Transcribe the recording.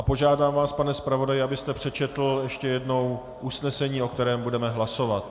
Požádám vás, pane zpravodaji, abyste přečetl ještě jednou usnesení, o kterém budeme hlasovat.